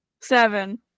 Seven